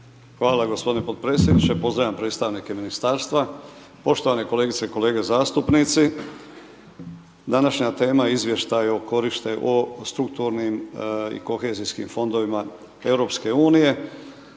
vam gospodine podpredsjedniče, pozdravljam predstavnike Ministarstva, poštovane kolegice i kolege zastupnici. Današnja tema je Izvještaj o korištenju, o strukturnim i kohezijskim fondovima